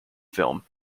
film